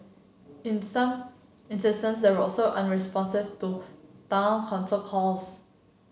in some instances they were also unresponsive to town council calls